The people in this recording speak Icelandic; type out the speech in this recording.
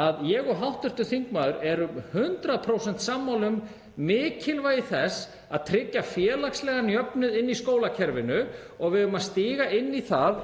að ég og hv. þingmaður erum 100% sammála um mikilvægi þess að tryggja félagslegan jöfnuð í skólakerfinu. Við eigum að stíga inn í það